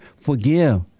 Forgive